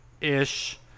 ish